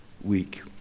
week